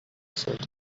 said